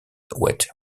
wet